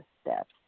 steps